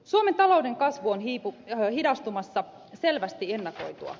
suomen talouden kasvu on hidastumassa selvästi ennakoitua rajummin